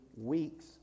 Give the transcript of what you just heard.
weeks